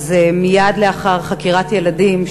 מייד לאחר חקירת ילדים,